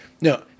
No